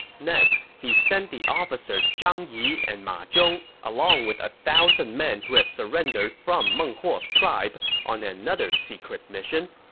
next, he sent the officers zhang yi and ma zhong, along with one thousand men who had surrendered from meng huo's tribe, on another secret mission.